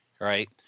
right